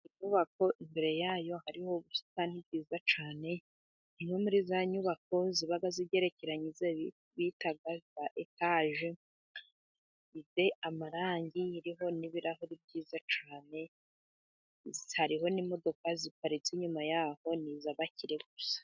Inyubako imbere yayo hari ubusitani bwiza cyane, ni imwe muri za nyubako ziba zigerekeranye bita etaje, ifite amarangi, iriho n'ibirahuri byiza cyane, hariho n'imodoka ziparitse inyuma yaho ni iz'abakire gusa.